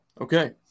Okay